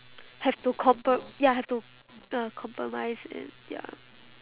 have to compro~ ya have to uh compromise and ya